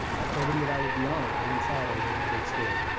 i told him that i would be honored but inside i was a little bit scared.